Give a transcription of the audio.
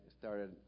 started